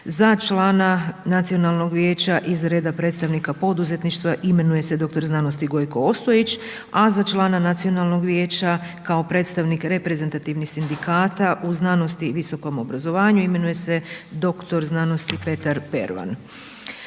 za člana Nacionalnog vijeća iz reda predstavnika poduzetništva imenuje se dr. znanosti Gojko Ostojić a za člana Nacionalnog vijeća kao predstavnika reprezentativnih sindikata u znanosti i visokom obrazovanju imenuje se dr. znanosti Petar Pervan.